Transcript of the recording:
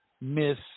Miss